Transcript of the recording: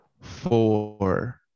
four